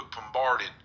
bombarded